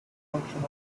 functional